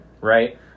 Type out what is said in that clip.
Right